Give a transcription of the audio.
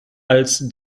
als